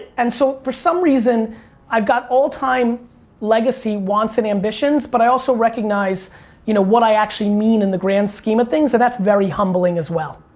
and so for some reason i got all-time legacy wants and ambitions, but i also recognize you know what i actually mean in the grand scheme of things. and that's very humbling as well.